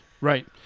Right